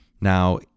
Now